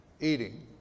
Eating